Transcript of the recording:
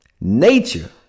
nature